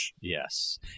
Yes